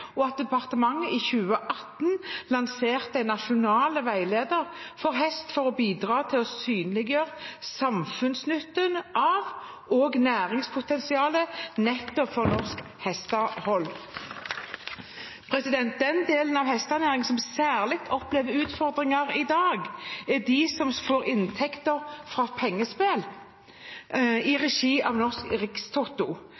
og at departementet i 2018 lanserte en nasjonal veileder for hest for å bidra til å synliggjøre samfunnsnytten av og næringspotensialet for norsk hestehold. Den delen av hestenæringen som særlig opplever utfordringer i dag, er den som får inntekter fra pengespill i